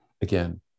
again